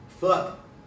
fuck